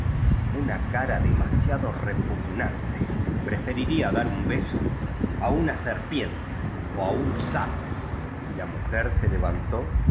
una cara demasiado repugnante preferiría dar un beso á una serpiente ó á un sapo y la mujer se levantó